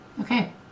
Okay